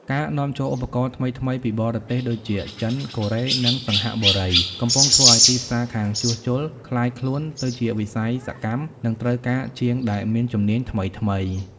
ការនាំចូលឧបករណ៍ថ្មីៗពីបរទេស ដូចជា ចិន កូរ៉េ និងសិង្ហបុរី កំពុងធ្វើឱ្យទីផ្សារខាងជួសជុលក្លាយខ្លួនទៅជាវិស័យសកម្ម និងត្រូវការជាងដែលមានជំនាញថ្មីៗ។